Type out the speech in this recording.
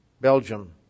Belgium